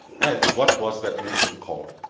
and what was that movement called?